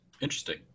Interesting